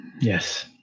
Yes